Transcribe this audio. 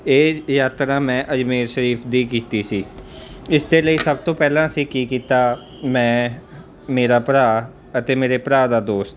ਇਹ ਯਾਤਰਾ ਮੈਂ ਅਜਮੇਰ ਸ਼ਰੀਫ ਦੀ ਕੀਤੀ ਸੀ ਇਸ ਦੇ ਲਈ ਸਭ ਤੋਂ ਪਹਿਲਾਂ ਅਸੀਂ ਕੀ ਕੀਤਾ ਮੈਂ ਮੇਰਾ ਭਰਾ ਅਤੇ ਮੇਰੇ ਭਰਾ ਦਾ ਦੋਸਤ